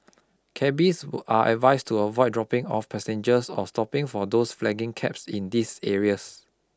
cabbies are advised to avoid dropping off passengers or stopping for those flagging cabs in these areas